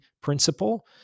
principle